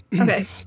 Okay